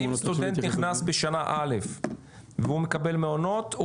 אם סטודנט נכנס בשנה א' והוא מקבל מעונות הוא